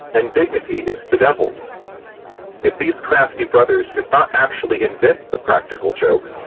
and dignity is bedeviled if these crafty brothers did not actually invent the practical joke,